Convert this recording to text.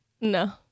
No